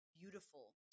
beautiful